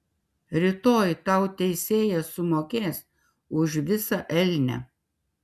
rytoj tau teisėjas sumokės už visą elnią